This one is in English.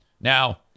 Now